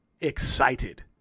excited